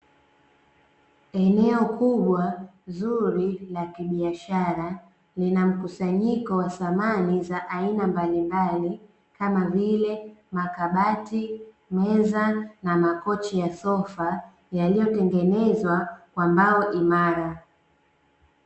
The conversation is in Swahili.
Eneo kubwa, zuri la kibiashara linamkusanyiko wa samani za aina mbalimbali kama vile; makabati, meza na makochi ya sofa yaliyotengenzwa kwa mbao imara.